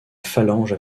phalange